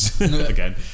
again